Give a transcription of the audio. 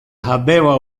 habeva